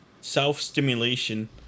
self-stimulation